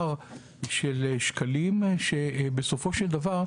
הר של שקלים שבסופו של דבר,